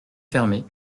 fermés